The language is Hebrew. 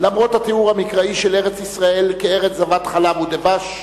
למרות התיאור המקראי של ארץ-ישראל כ"ארץ זבת חלב ודבש",